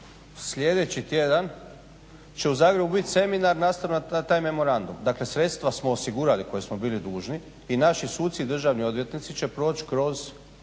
sljedeći tjedan će u Zagrebu bit seminar nastavno na taj memorandum. Dakle, sredstva smo osigurali koji smo bili dužni i naši suci i državni odvjetnici će proć kroz